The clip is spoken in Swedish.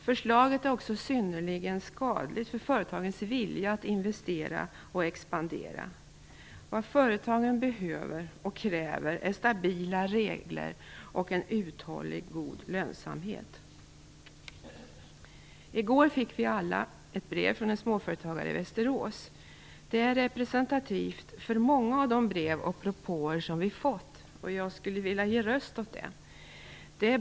Förslaget är också synnerligen skadligt för företagens vilja att investera och expandera. Vad företagen behöver och kräver är stabila regler och en uthållig och god lönsamhet. I går fick vi alla ett brev från en småföretagare i Västerås. Det är representativt för många av de brev och propåer som vi har fått, och jag skulle vilja ge röst åt det.